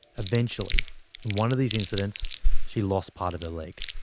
eventually in one of these incidents she lost part of her leg.